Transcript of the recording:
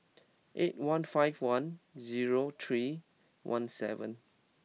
eight one five one zero three one seven